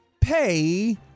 pay